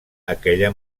aquella